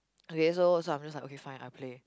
okay so so I'm just like okay fine I'll play